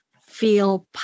feel